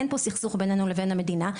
אין פה סכסוך בינינו לבין המדינה.